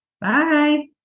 Bye